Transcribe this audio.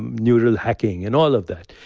neural hacking, and all of that.